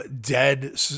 dead